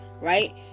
right